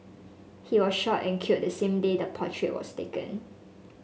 he was shot and killed the same day the portrait was taken